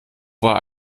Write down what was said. war